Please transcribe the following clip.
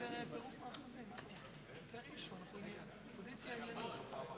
הצעת סיעת האיחוד הלאומי להביע אי-אמון בממשלה